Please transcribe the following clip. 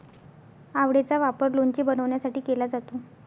आवळेचा वापर लोणचे बनवण्यासाठी केला जातो